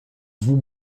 vous